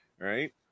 right